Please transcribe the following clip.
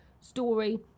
story